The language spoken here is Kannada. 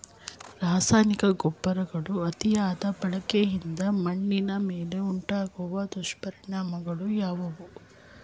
ರಾಸಾಯನಿಕ ಗೊಬ್ಬರಗಳ ಅತಿಯಾದ ಬಳಕೆಯಿಂದ ಮಣ್ಣಿನ ಮೇಲೆ ಉಂಟಾಗುವ ದುಷ್ಪರಿಣಾಮಗಳು ಯಾವುವು?